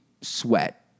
sweat